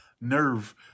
nerve